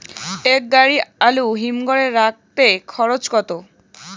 এক গাড়ি আলু হিমঘরে রাখতে খরচ কত?